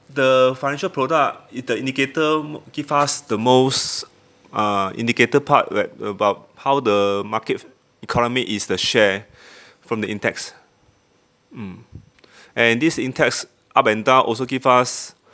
the financial product it the indicator give us the most uh indicator part where about how the market economy is the share from the index mm and this index up and down also give us